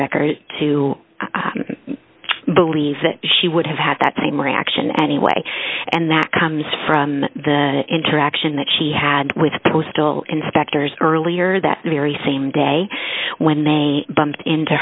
record to believe that she would have had that same reaction anyway and that comes from the interaction that she had with postal inspectors earlier that very same day when they bumped into